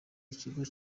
ikigo